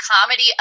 comedy